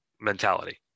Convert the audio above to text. mentality